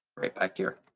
right back here.